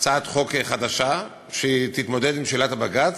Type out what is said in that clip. הצעת חוק חדשה שתתמודד עם שאלת הבג"ץ,